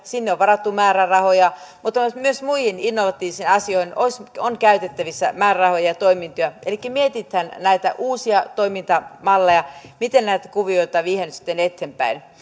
sinne on varattu määrärahoja mutta myös muihin innovatiivisiin asioihin on käytettävissä määrärahoja ja toimintoja elikkä mietitään näitä uusija toimintamalleja miten näitä kuvioita viedään nyt sitten eteenpäin